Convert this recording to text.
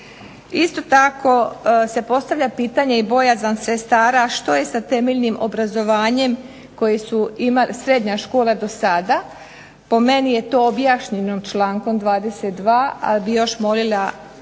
Isto tako se postavlja pitanje i bojazan sestara što je sa temeljnim obrazovanje koje je imala srednja škola do sada, po meni je to objašnjeno člankom 22. ali bih još molila